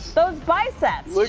those biceps!